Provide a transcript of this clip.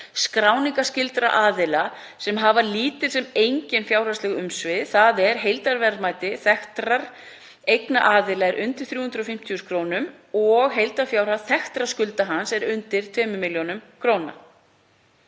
skráningarskyldra aðila sem hafa lítil sem engin fjárhagsleg umsvif, þ.e. heildarverðmæti þekktra eignaraðila er undir 350.000 kr. og heildarfjárhæð þekktra skulda hans er undir 2 millj. kr.